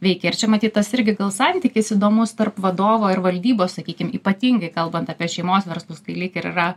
veikė ir čia matyt tas irgi gal santykis įdomus tarp vadovo ir valdybos sakykim ypatingai kalbant apie šeimos verslus kai lyg ir yra